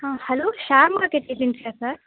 ஆ hello share market ஏஜென்சியா sir